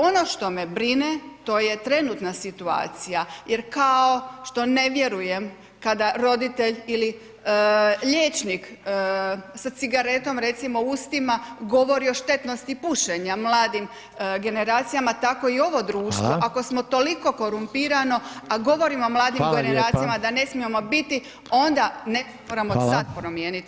Ono što me brine, to je trenutna situacija jer kao što ne vjerujem kada roditelj ili liječnik sa cigaretom recimo u ustima govori o štetnosti pušenja mladim generacijama tako i ovo društvo ako smo toliko korumpirano a govorimo mladim generacijama da ne smijemo biti onda nešto moramo sad promijeniti.